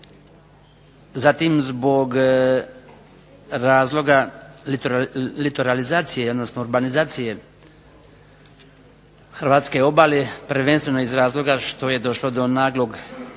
Zatim, zbog razloga litoralizacije odnosno urbanizacije Hrvatske obale prvenstveno iz razloga što je došlo do naglog